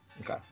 Okay